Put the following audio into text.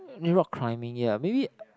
rock climbing ya maybe